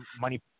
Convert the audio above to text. money